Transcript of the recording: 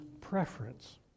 preference